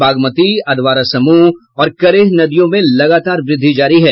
बागमती अधवारा समूह और करेह नदियों में लगातार वृद्धि जारी है